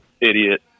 idiot